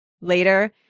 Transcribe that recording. later